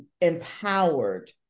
empowered